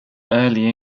early